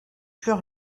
plus